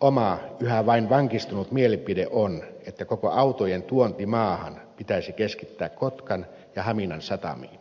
oma yhä vain vankistunut mielipiteeni on että koko autojen tuonti maahan pitäisi keskittää kotkan ja haminan satamiin